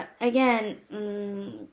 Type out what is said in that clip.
again